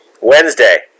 Wednesday